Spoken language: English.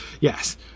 yes